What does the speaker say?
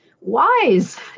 wise